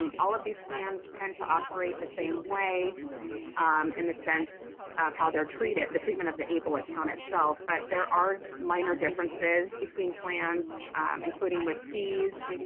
um all of these plans tend to operate the same way in the sense of how they're treated, the treatment of the able account itself. but there are minor differences between plans including with fees,